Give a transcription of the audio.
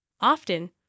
Often